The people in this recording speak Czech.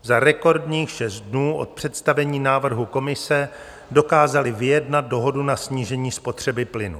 Za rekordních šest dnů od představení návrhu Komise dokázali vyjednat dohodu na snížení spotřeby plynu.